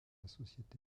société